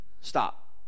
stop